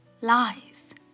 lies